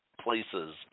places